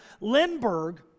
Lindbergh